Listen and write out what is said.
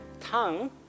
tongue